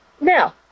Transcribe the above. Now